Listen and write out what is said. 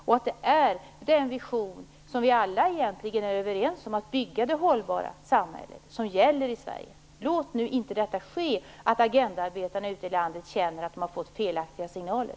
Att bygga det hållbara samhället är den vision som vi alla egentligen är överens om och som gäller i Sverige. Låt nu inte Agendaarbetarna ute i landet få känna att de har fått felaktiga signaler.